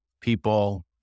people